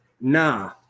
Nah